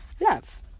love